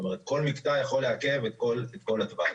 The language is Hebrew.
כל מקטע יכול לעכב את כל התוואי.